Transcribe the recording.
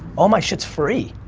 all my shit's free.